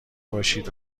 باشید